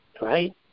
Right